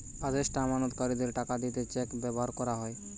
আদেষ্টা আমানতকারীদের টাকা দিতে চেক ব্যাভার কোরা হয়